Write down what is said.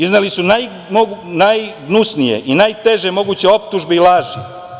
Izneli su najgnusnije i najteže moguće optužbe i laži.